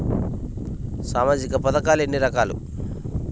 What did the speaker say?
సామాజిక పథకాలు ఎన్ని రకాలు?